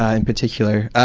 ah in particular.